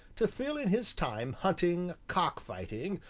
to fill in his time hunting, cock-fighting,